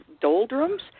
doldrums